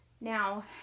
Now